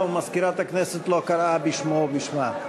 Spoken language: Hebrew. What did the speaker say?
ומזכירת הכנסת לא קראה בשמו או בשמה?